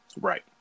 Right